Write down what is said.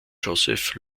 joseph